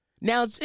Now